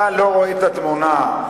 זו התמונה.